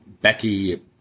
Becky